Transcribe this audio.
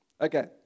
okay